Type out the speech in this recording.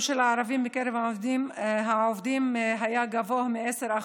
של הערבים מקרב העובדים היה גבוה מ-10%.